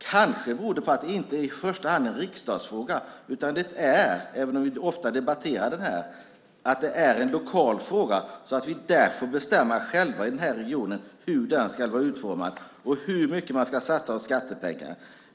Kanske beror det på att det inte i första hand är en riksdagsfråga, även om vi ofta debatterar den här, utan en lokal fråga, så att vi själva i den här regionen får bestämma hur den ska vara utformad och hur mycket man ska satsa av skattepengar.